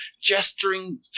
gesturing